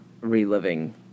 reliving